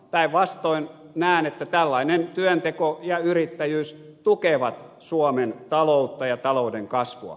päinvastoin näen että tällainen työnteko ja yrittäjyys tukevat suomen taloutta ja talouden kasvua